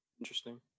Interesting